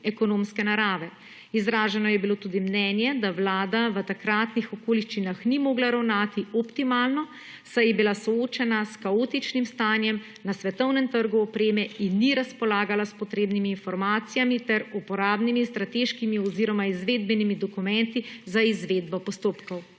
ekonomske narave. Izraženo je bilo tudi mnenje, da vlada v takratnih okoliščinah ni mogla ravnati optimalno, saj je bila soočena s kaotičnim stanjem na svetovnem trgu opreme in ni razpolagala s potrebnimi informacijami ter uporabnimi strateškimi oziroma izvedbenimi dokumenti za izvedbo postopkov.